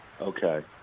Okay